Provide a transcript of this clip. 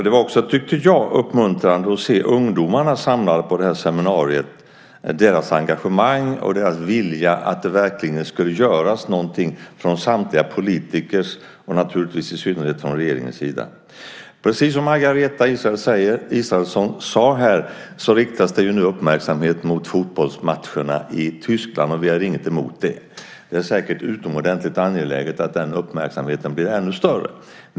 Det var också, tyckte jag, uppmuntrande att se ungdomarna samlade på det här seminariet, deras engagemang och vilja att det verkligen skulle göras någonting från samtliga politikers men naturligtvis i synnerhet från regeringens sida. Precis som Margareta Israelsson sade riktas nu uppmärksamheten mot fotbollsmatcherna i Tyskland, och vi har inget emot det. Det är säkert utomordentligt angeläget att den uppmärksamheten blir ännu större.